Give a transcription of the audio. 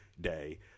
day